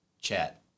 chat